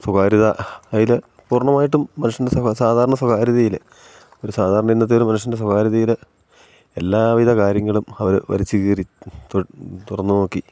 സ്വകാര്യത അതിൽ പൂർണ്ണമായിട്ടും മനുഷ്യൻ്റെ സാധാരണ സ്വകാര്യതയിൽ ഒരു സാധാരണ ഇന്നത്തെ ഒരു മനുഷ്യൻ്റെ സ്വകാര്യതയിൽ എല്ലാവിധ കാര്യങ്ങളും അവർ വലിച്ചു കീറി തുറന്നു നോക്കി